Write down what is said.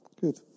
Good